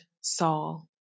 Saul